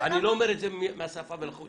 אני לא אומר את זה מהשפה ולחוץ.